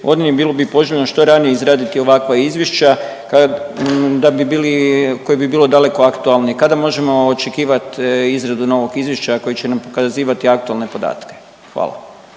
2023.g. bilo bi poželjno što ranije izraditi ovakva izvješća da bi bili koje bi bilo daleko aktualnije. Kada možemo očekivat izradu novog izvješća koje će nam pokazivati aktualne podatke? Hvala.